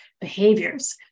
behaviors